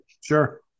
Sure